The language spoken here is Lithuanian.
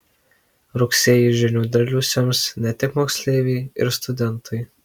rugsėjį žinių derlių sems ne tik moksleiviai ir studentai